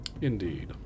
Indeed